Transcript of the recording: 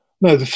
no